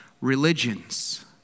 religions